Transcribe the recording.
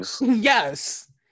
Yes